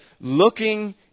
looking